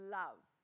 love